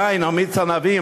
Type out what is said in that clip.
יין או מיץ ענבים,